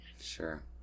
Sure